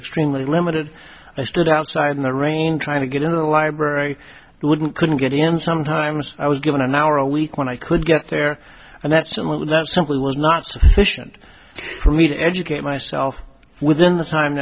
extremely limited i stood outside in the rain trying to get into the library but wouldn't couldn't get in sometimes i was given an hour a week when i could get there and that some of that simply was not sufficient for me to educate myself within the